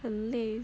很累